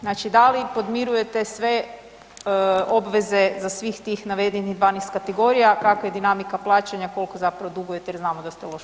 Znači da li podmiruje te sve obveze za svih tih navedenih 12 kategorija, kakva je dinamika plaćanja, koliko zapravo dugujete jer znamo da ste loš platiša.